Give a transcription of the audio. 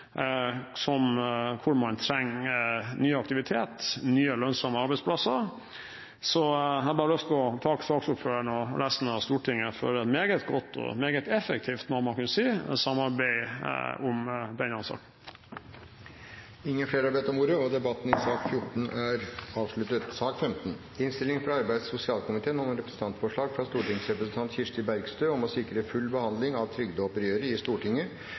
situasjon hvor man trenger ny aktivitet og nye lønnsomme arbeidsplasser. Så jeg har bare lyst til å takke saksordføreren og resten av Stortinget for et meget godt og meget effektivt, må man kunne si, samarbeid om denne saken. Flere har ikke bedt om ordet til sak nr. 14. Etter ønske fra arbeids- og sosialkomiteen vil presidenten foreslå at taletiden blir begrenset til 5 minutter til hver partigruppe og 5 minutter til medlemmer av